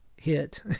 hit